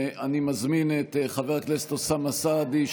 אני מזמין את חבר הכנסת אוסאמה סעדי,